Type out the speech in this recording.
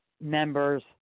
members